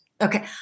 okay